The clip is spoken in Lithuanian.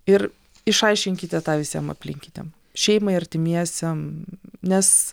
ir išaiškinkite tą visiem aplinkiniam šeimai artimiesiem nes